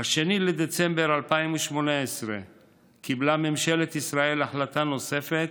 ב-2 בדצמבר 2018 קיבלה ממשלת ישראל החלטה נוספת